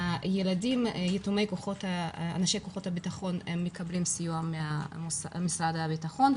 ילדים יתומי אנשי כוחות הביטחון מקבלים סיוע ממשרד הביטחון,